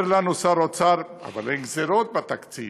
אומר לנו שר האוצר: אבל אין גזירות בתקציב.